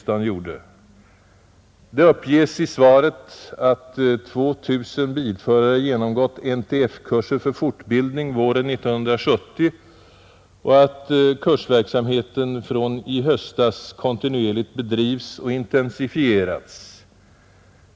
Det uppges i svaret att 2 000 bilägare genomgått NTF-kurser för fortbildning våren 1970 och att kursverksamheten från i höstas kontinuerligt bedrivs och intensifierats.